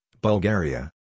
Bulgaria